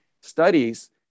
studies